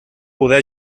poder